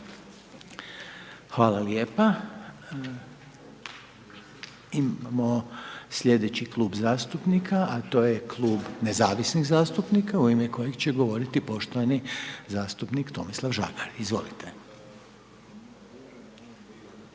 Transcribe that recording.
Hvala lijepa. Imamo sljedeći Klub zastupnika a to je Klub nezavisnih zastupnika u ime kojeg će govoriti poštovani zastupnik Tomislav Žagar. Izvolite. **Žagar,